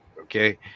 okay